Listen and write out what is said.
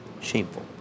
Shameful